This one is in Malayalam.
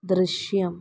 ദൃശ്യം